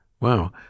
Wow